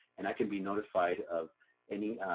and i can be notified of any